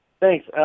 Thanks